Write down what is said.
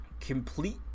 complete